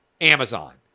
Amazon